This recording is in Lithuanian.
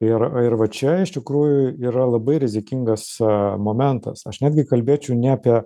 ir ir va čia iš tikrųjų yra labai rizikingas momentas aš netgi kalbėčiau ne apie